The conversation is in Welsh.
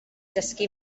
dysgu